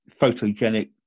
photogenic